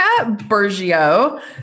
Bergio